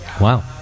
wow